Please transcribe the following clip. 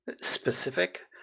specific